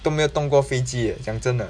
都没有动过飞机 eh 讲真的